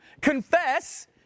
confess